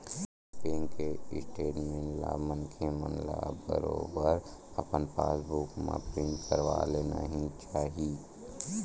bank के statement ला मनखे मन ल बरोबर अपन पास बुक म प्रिंट करवा लेना ही चाही